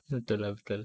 betul lah betul